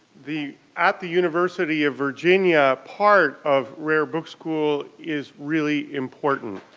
the at the university of virginia part of rare book school is really important.